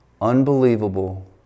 unbelievable